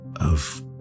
Of